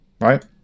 Right